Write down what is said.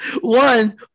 One